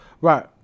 Right